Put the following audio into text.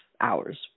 hours